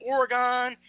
Oregon